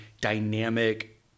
dynamic